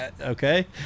okay